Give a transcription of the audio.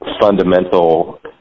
fundamental